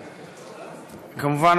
כמובן,